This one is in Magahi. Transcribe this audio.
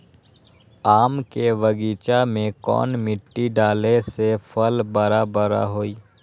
आम के बगीचा में कौन मिट्टी डाले से फल बारा बारा होई?